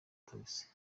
taxi